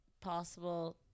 possible